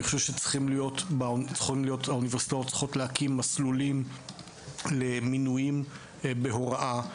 האוניברסיטאות צריכות להקים מסלולים למינויים בהוראה.